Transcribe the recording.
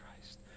Christ